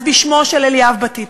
אז בשמו של אליאב בטיטו,